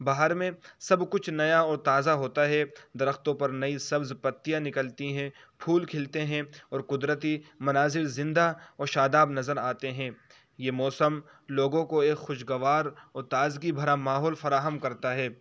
بہار میں سب کچھ نیا اور تازہ ہوتا ہے درختوں پر نئی سبز پتیاں نکلتی ہیں پھول کھلتے ہیں اور قدرتی مناظر زندہ اور شاداب نظر آتے ہیں یہ موسم لوگوں کو ایک خوش گوار اور تازگی بھرا ماحول فراہم کرتا ہے